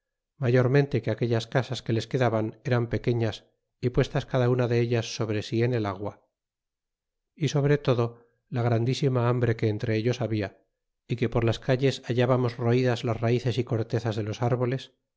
mayormente que aquellas casas que les quedaban eran u pequeñas y puestas cada una de ellas sobre si en el agua y sobre todo la grandisima hambre que entre ellos habla y que por las calles hal ábamos midas las ratees y cortezas de los árboles